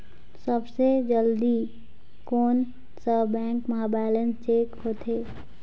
सबसे जल्दी कोन सा बैंक म बैलेंस चेक होथे?